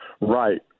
Right